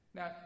Now